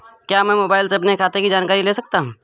क्या मैं मोबाइल से अपने खाते की जानकारी ले सकता हूँ?